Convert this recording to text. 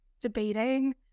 debating